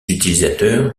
utilisateurs